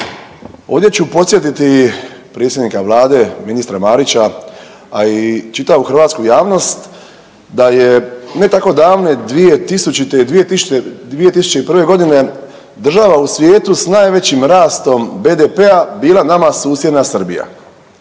Ovdje ću podsjetiti predsjednika Vlade ministra Marića, a i čitavu hrvatsku javnost, da je ne tako davne 2000. i 2001.g. država u svijetu s najvećim rastom BDP-a bila nama susjedna Srbija.